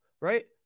Right